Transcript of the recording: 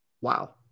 Wow